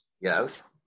Yes